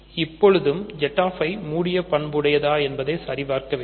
இப்பொழுதும் Z i மூடிய பண்பை உடையதா என சரி பார்க்க வேண்டும்